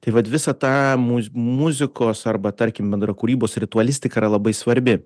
tai vat visa ta muz muzikos arba tarkim bendra kūrybos ritualistika yra labai svarbi